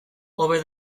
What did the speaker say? hobe